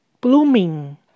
blooming